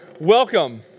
Welcome